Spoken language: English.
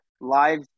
live